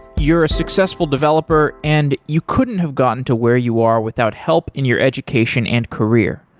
you're a successful developer and you couldn't have gotten to where you are without help in your education and career.